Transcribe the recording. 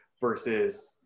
versus